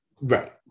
right